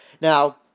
Now